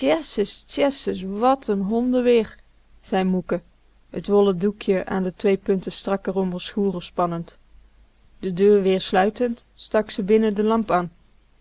wat n hondenweer zei moeke t wollen doekje aan de twee punten strakker om d'r schoeren spannend de deur weer sluitend stak ze binnen de lamp